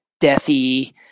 deathy